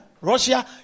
russia